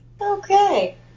okay